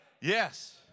Yes